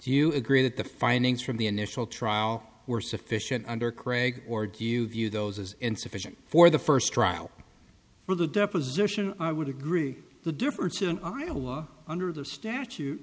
you agree that the findings from the initial trial were sufficient under craig or do you view those as insufficient for the first trial for the deposition i would agree the difference in iowa under the statute